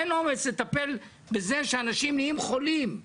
אין אומץ לטפל בזה שאנשים נהיים חולים.